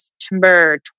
September